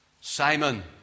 Simon